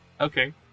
Okay